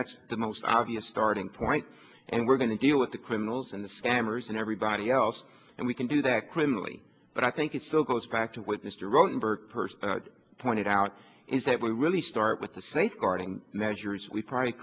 that's the most obvious starting point and we're going to deal with the criminals and the spammers and everybody else and we can do that criminally but i think it still goes back to what mr rotenberg person pointed out is that we really start with the safeguarding measures we probably